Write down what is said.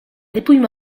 dépouille